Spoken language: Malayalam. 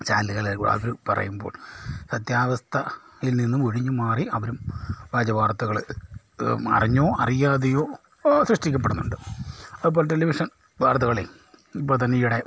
ചാനലുകൾ അതു പറയുമ്പോൾ സത്യാവസ്ഥയിൽ നിന്നും ഒഴിഞ്ഞുമാറി അവരും വ്യാജ വാർത്തകൾ അറിഞ്ഞോ അറിയാതെയോ സൃഷ്ടിക്കപ്പെടുന്നുണ്ട് അതുപോലെ ടെലിവിഷൻ വാർത്തകളിൽ ഇപ്പോൾത്തന്നെ ഈയിടെ